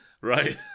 Right